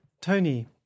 Tony